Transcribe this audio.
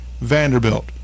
Vanderbilt